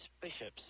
bishops